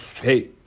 hey